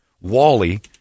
Wally